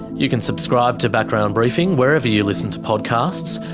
you can subscribe to background briefing wherever you listen to podcasts,